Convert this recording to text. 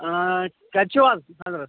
ٲں کَتہِ چھُو اَز